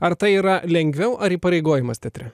ar tai yra lengviau ar įpareigojimas teatre